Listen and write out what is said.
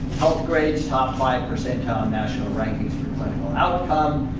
health grade is top five percentile in national rankings for clinical outcome.